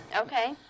Okay